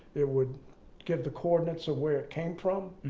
it would give the coordinates of where it came from.